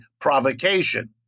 provocation